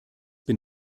bin